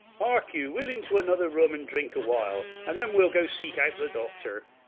hark you, we'll into another room and drink a while, and then we'll go seek out the doctor.